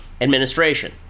administration